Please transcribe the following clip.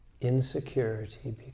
Insecurity